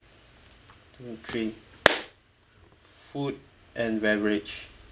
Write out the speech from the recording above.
two three food and beverage